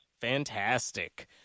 Fantastic